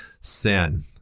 Sin